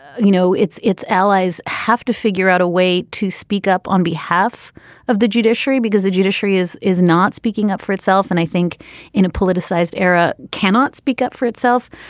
you know, its its allies have to figure out a way to speak up on behalf of the judiciary, because the judiciary is is not speaking up for itself. and i think in a politicized era cannot speak up for itself.